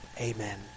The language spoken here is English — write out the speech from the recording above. Amen